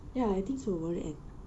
ya I think so baru add